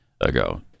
ago